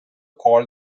called